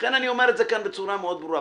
לכן אני אומר את זה כאן בצורה מאוד ברורה.